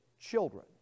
children